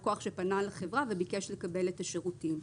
לקוח שפנה לחברה וביקש לקבל את השירותים.